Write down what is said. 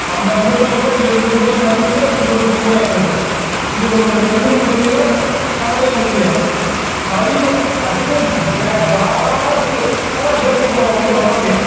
ஐம்பது மூட்டை வந்துச்சுன்னால் இருபது மூட்டை மயிலுக்கு இருபத்தஞ்சி மூட்டை தான் எங்களுக்கு இருபது மூட்டை நெல்லையும் உருவிடும் கடலையும் உருவிடும் மயில் அப்படியே ஜ பாஸ்ட்டு ஆனால் தேசியப்பறவை ஒன்றும் பண்ண முடியாது